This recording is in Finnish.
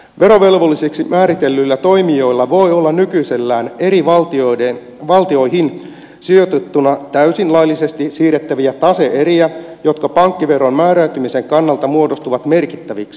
verovelvollisiksi määritellyillä toimijoilla voi olla nykyisellään eri valtioihin sijoitettuna täysin laillisesti siirrettäviä tase eriä jotka pankkiveron määräytymisen kannalta muodostuvat merkittäviksi